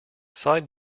side